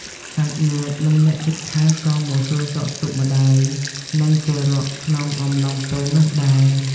សាច់ញាតិ និងអ្នកជិតខាងក៏មកសួរសុខទុក្ខម្ដាយ និងទារកក្នុងអំឡុងពេលនោះដែរ។